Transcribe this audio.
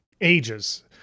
ages